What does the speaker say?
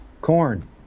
corn